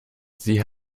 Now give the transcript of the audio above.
sie